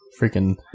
freaking